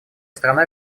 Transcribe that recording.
страна